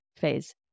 phase